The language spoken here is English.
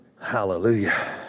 Hallelujah